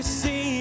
see